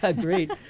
Great